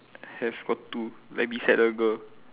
have got two like beside the girl